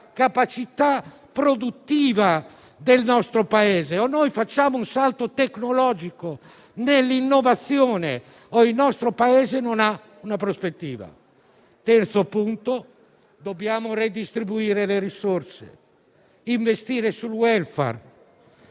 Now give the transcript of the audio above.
capacità produttiva del nostro Paese. O facciamo un salto tecnologico nell'innovazione, oppure il nostro Paese non ha una prospettiva. Passo al terzo punto. Dobbiamo redistribuire le risorse e investire sul *welfare*.